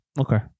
Okay